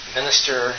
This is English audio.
minister